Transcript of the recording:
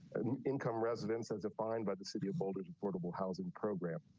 and income residents as defined by the city of boulder affordable housing program.